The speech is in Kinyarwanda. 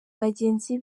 bagenzi